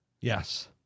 Yes